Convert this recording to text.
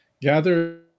Gather